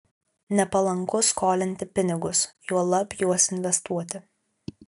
nepalanku skolinti pinigus juolab juos investuoti